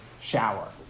shower